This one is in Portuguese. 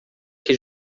que